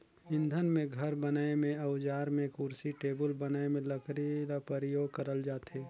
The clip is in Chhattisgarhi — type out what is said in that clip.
इंधन में, घर बनाए में, अउजार में, कुरसी टेबुल बनाए में लकरी ल परियोग करल जाथे